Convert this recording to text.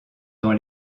dans